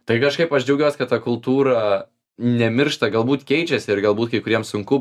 tai kažkaip aš džiaugiuos kad ta kultūra nemiršta galbūt keičiasi ir galbūt kai kuriems sunku